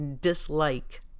dislike